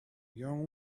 young